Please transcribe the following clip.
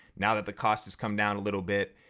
now that the cost has come down a little bit,